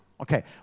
Okay